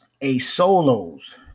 A-Solos